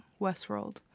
Westworld